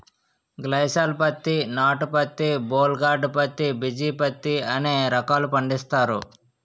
గ్లైసాల్ పత్తి నాటు పత్తి బోల్ గార్డు పత్తి బిజీ పత్తి అనే రకాలు పండిస్తారు